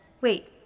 Wait